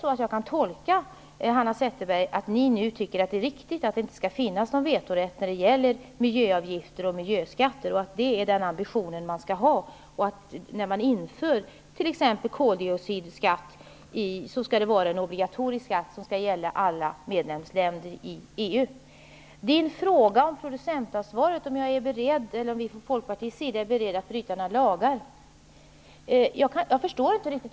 Kan jag tolka det Hanna Zetterberg säger som att Vänsterpartiet nu tycker att det är riktigt att det inte skall finnas någon vetorätt när det gäller miljöavgifter och miljöskatter, dvs. att den ambition man skall ha när man inför t.ex. koldioxidskatt är att det skall vara en obligatorisk skatt som skall gälla alla medlemsländer i EU? Hanna Zetterbergs fråga om producentansvaret och om vi från Folkpartiets sida är beredda att bryta mot några lagar förstår jag inte riktigt.